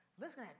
Listen